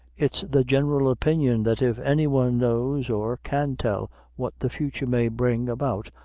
it's the general opinion that if any one knows or can tell what the future may bring about,